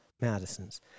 Madison's